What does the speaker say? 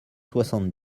soixante